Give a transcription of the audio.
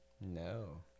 No